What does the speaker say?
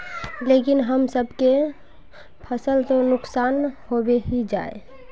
लेकिन हम सब के फ़सल तो नुकसान होबे ही जाय?